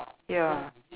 ya